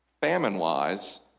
famine-wise